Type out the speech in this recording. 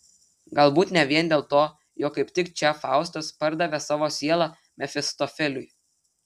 galbūt ne vien dėl to jog kaip tik čia faustas pardavė savo sielą mefistofeliui